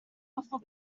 before